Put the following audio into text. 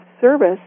service